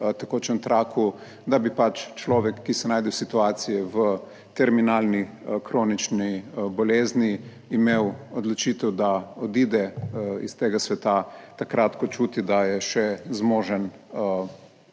tekočem traku, da bi pač človek, ki se najde v situaciji, v terminalni kronični bolezni, imel odločitev, da odide iz tega sveta takrat, ko čuti, da je še zmožen,